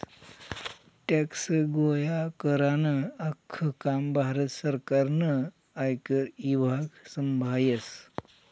tax गोया करानं आख्खं काम भारत सरकारनं आयकर ईभाग संभायस